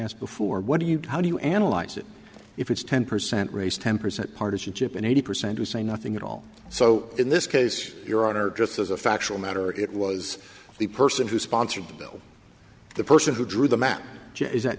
asked before what do you how do you analyze it if it's ten percent raise ten percent partisanship and eighty percent who say nothing at all so in this case your honor just as a factual matter it was the person who sponsored the bill the person who drew the map is that